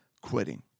quitting